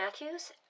Matthews